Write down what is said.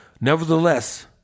Nevertheless